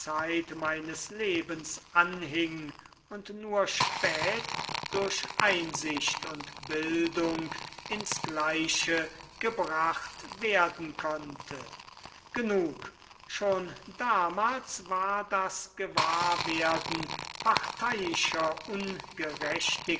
meines lebens anhing und nur spät durch einsicht und bildung ins gleiche gebracht werden konnte genug schon damals war das gewahrwerden parteiischer